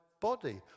body